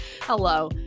hello